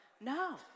No